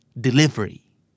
delivery